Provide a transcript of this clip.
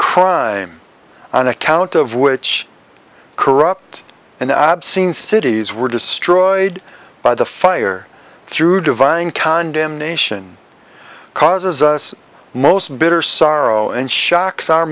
crime on account of which corrupt an obscene cities were destroyed by the fire through divine condemnation causes us most bitter sorrow and shocks our